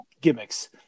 gimmicks